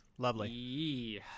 Lovely